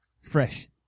Fresh